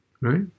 Right